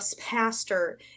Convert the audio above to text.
pastor